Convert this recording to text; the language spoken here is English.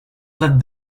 let